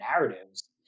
narratives